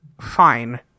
Fine